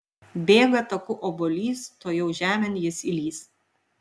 bėga taku obuolys tuojau žemėn jis įlįs